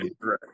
right